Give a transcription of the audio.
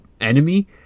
enemy